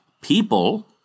people